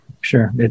sure